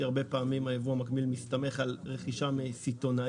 כי הרבה פעמים הייבוא המקביל מסתמך על רכישה מסיטונאי.